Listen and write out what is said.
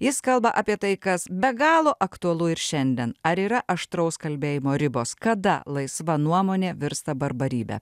jis kalba apie tai kas be galo aktualu ir šiandien ar yra aštraus kalbėjimo ribos kada laisva nuomonė virsta barbarybe